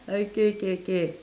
okay k k